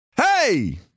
Hey